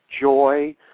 joy